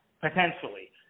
potentially